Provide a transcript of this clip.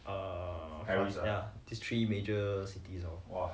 err ya these three major cities lor